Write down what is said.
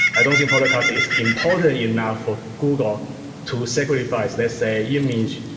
i don't think podcast is important enough for google to sacrifice, let's say, image,